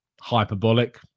hyperbolic